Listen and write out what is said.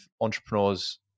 entrepreneurs